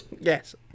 yes